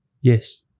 Yes